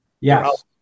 Yes